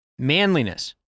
Manliness